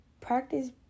practice